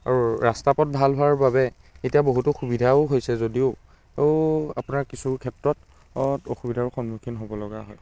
আৰু ৰাস্তা পথ ভাল হোৱাৰ বাবে এতিয়া বহুতো সুবিধাও হৈছে যদিও আপোনাৰ কিছু ক্ষেত্ৰত অসুবিধাৰো সন্মুখীন হ'ব লগা হয়